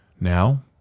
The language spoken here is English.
Now